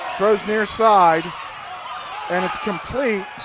throws nearside and its complete